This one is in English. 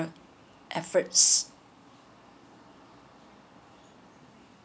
efforts